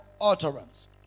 utterance